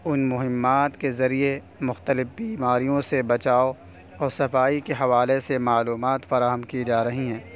ان مہمات کے ذریعے مختلف بیماریوں سے بچاؤ اور صفائی کے حوالے سے معلومات فراہم کی جا رہی ہیں